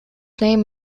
name